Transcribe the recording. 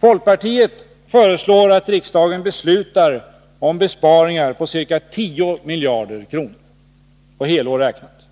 Folkpartiet föreslår att riksdagen beslutar om besparingar på ca 10 miljarder kronor på helår räknat.